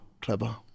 clever